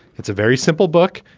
it's a very simple book.